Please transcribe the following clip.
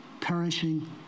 perishing